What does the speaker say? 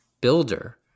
builder